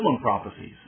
prophecies